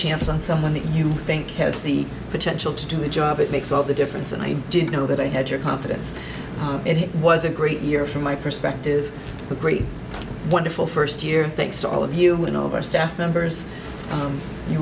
chance on someone that you think has the potential to do the job it makes all the difference and i didn't know that i had your confidence it was a great year from my perspective a great wonderful first year thanks to all of you and all of our staff members